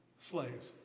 slaves